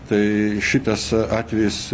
tai šitas atvejis